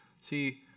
See